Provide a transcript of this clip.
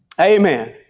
Amen